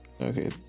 okay